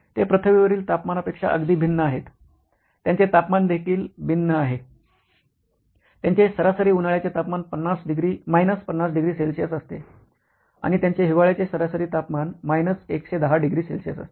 ते पृथ्वीवरील तापमानापेक्षा अगदी भिन्न आहेत त्यांचे तापमान देखील भिन्न आहे त्यांचे सरासरी उन्हाळ्याचे तापमान 50 डिग्री सेल्सिअस असते आणि त्यांचे हिवाळ्याचे सरासरी तापमान 110 डिग्री सेल्सिअस असते